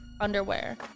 underwear